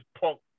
punk